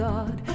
God